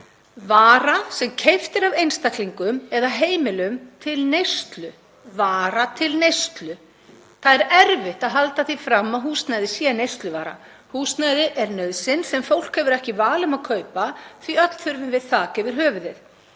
„vara sem keypt er af einstaklingum eða heimilum til neyslu“. Vara til neyslu. Það er erfitt að halda því fram að húsnæði sé neysluvara. Húsnæði er nauðsyn sem fólk hefur ekki val um að kaupa því að öll þurfum við þak yfir höfuðið.